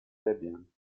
debian